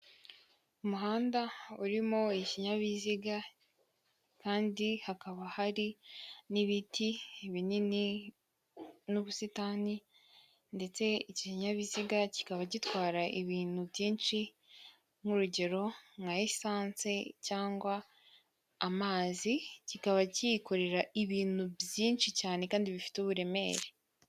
Umuhanda urimo ikinyabiziga kandi hakaba hari n'ibiti binini n'ubusitani ndetse iki kinyabiziga kikaba gitwara ibintu byinshi nk'urugero nka esansi cyangwa amazi, kikaba cyikorera ibintu byinshi cyane kandi bifite uburemere.